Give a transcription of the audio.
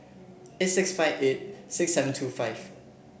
eight six five eight six seven two five